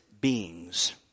beings